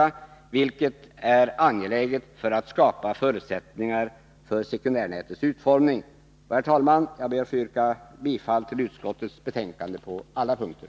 Att Bromma flygplats blir kvar är angeläget bl.a. för att skapa förutsättningar för sekundärnätets utformning. Herr talman! Jag yrkar bifall till utskottets hemställan på alla punkter.